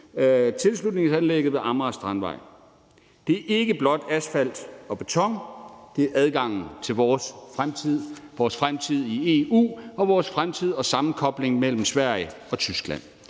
tilslutningsanlægget ved Amager Strandvej. Det er ikke blot asfalt og beton; det er adgangen til vores fremtid, vores fremtid i EU og sammenkoblingen mellem Sverige og Tyskland.